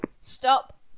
Stop